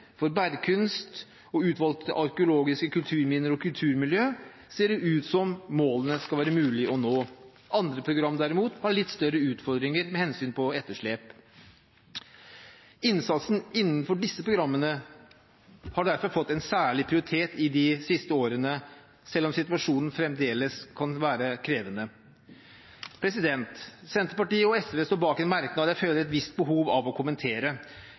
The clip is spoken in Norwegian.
bergkunst og for utvalgte arkeologiske kulturminner og kulturmiljø ser det ut som om målene skal være mulig å nå. Andre program har derimot litt større utfordringer med hensyn til etterslep. Innsatsen innenfor disse programmene har derfor fått en særlig prioritet de siste årene, selv om situasjonen fremdeles kan være krevende. Senterpartiet og SV står bak en merknad jeg føler et visst behov for å kommentere.